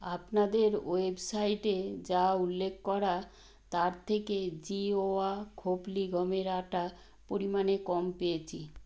আপনাদের ওয়েবসাইটে যা উল্লেখ করা তার থেকে জিওয়া খপলি গমের আটা পরিমাণে কম পেয়েছি